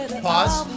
Pause